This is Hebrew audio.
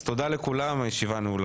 אז תודה לכולם הישיבה נעולה.